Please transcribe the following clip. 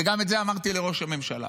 וגם את זה אמרתי לראש הממשלה: